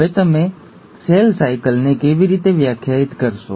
હવે તમે સેલ સાયકલને કેવી રીતે વ્યાખ્યાયિત કરશો